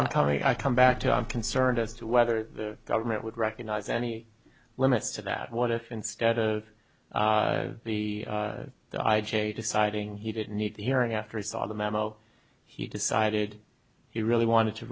so on coming i come back to i'm concerned as to whether the government would recognize any limits to that what if instead of the the i j a deciding he didn't need the hearing after he saw the memo he decided he really wanted to